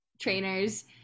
trainers